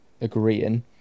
agreeing